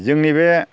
जोंनि बे